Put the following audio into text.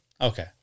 Okay